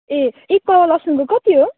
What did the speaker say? ए एक पावा लसुनको कति हो